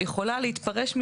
יכולה להתפרש מזה,